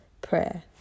Prayer